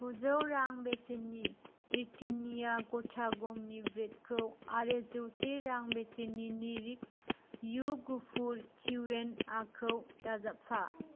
गुजौ रां बेसेननि ब्रिटेन्निया गथा गमनि ब्रेदखौ आरो जौसे रां बेसेननि निरिक्स यु गुफुर किउएनआखौ दाजाबफा